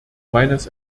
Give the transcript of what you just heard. meines